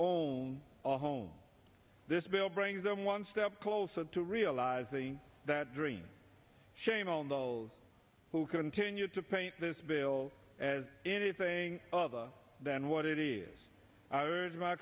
own a home this bill brings them one step closer to realizing that dream shame on those who continue to paint this bill as anything other than what it is i